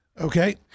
okay